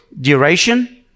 duration